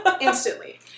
Instantly